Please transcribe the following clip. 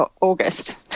August